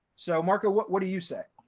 so marco, what what do you say?